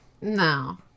No